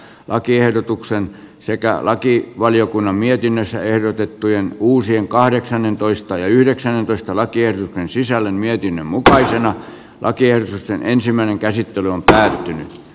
lakiehdotuksen sekä lakia valiokunnan mietinnössä ehdotettujen uusien kahdeksannentoista ja yhdeksäntoista lakien sisällön mietinnön mukaisena lakersista ensimmäinen näiden myötä paranee